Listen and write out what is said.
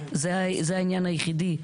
זה העניין היחידי.